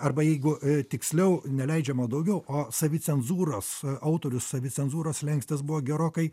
arba jeigu tiksliau neleidžiama daugiau o savicenzūros autoriaus savicenzūros slenkstis buvo gerokai